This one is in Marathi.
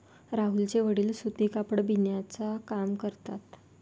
राहुलचे वडील सूती कापड बिनण्याचा काम करतात